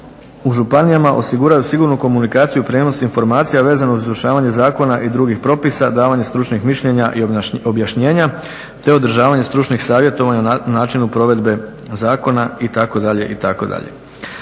u županijama osiguraju sigurnu komunikaciju, prijenos informacija vezano uz … zakona i drugih propisa, davanje stručnih mišljenja i objašnjena te održavanje stručnih savjetovanja na načinu provedbe zakona, itd., itd.